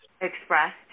express